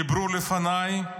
דיברו לפניי,